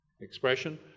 Expression